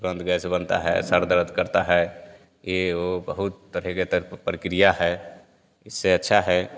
तुरंत गैस बनता है सिर दर्द करता है ये वो बहुत तरह के त प्रक्रिया है इससे अच्छा है